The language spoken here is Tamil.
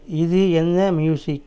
இது என்ன மியூசிக்